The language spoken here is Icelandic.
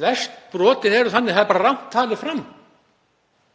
Flest brot eru þannig að það er rangt talið fram